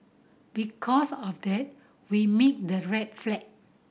because of that we made the rate flat